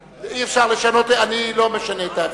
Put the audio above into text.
אי-אפשר לשנות, אני לא משנה את ההצבעה.